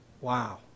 wow